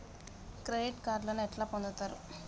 Credit కార్డులను ఎట్లా పొందుతరు?